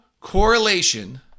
Correlation